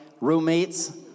roommates